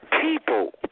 people